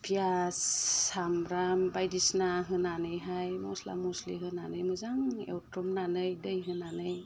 फियास सामब्राम बायदिसिना होनानैहाय मस्ला मस्लि होनानै मोजाङै एवथ्रमनानै दै होनानै